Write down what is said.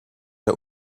der